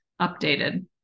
updated